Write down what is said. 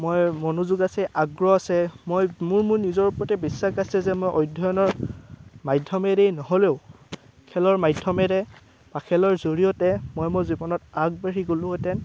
মই মনোযোগ আছে আগ্ৰহ আছে মই মোৰ মোৰ নিজৰ ওপৰতে বিশ্বাস আছে যে মোৰ অধ্যয়নৰ মাধ্যমেৰে নহ'লেও খেলৰ মাধ্যমেৰে বা খেলৰ জৰিয়তে মই মোৰ জীৱনত আগবাঢ়ি গ'লোঁহেঁতেন